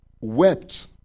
wept